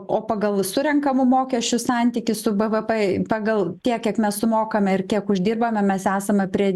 o pagal surenkamų mokesčių santykį su bvp pagal tiek kiek mes sumokame ir kiek uždirbame mes esame prie